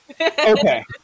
Okay